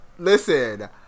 Listen